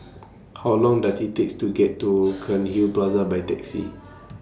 How Long Does IT Take to get to Cairnhill Plaza By Taxi